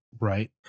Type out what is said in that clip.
right